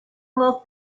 will